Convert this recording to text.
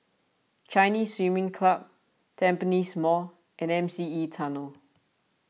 Chinese Swimming Club Tampines Mall and M C E Tunnel